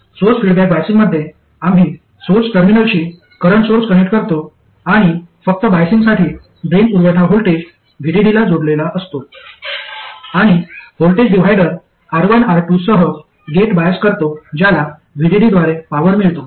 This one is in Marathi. सोर्स फीडबॅक बायसिंगमध्ये आम्ही सोर्स टर्मिनलशी करंट सोर्स कनेक्ट करतो आणि फक्त बायसिंगसाठी ड्रेन पुरवठा व्होल्टेज VDD ला जोडलेला असतो आणि व्होल्टेज डिव्हिडर R1 R2 सह गेट बायस करतो ज्याला VDD द्वारे पॉवर मिळतो